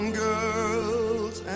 girls